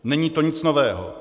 Není to nic nového.